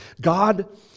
God